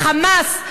וה"חמאס",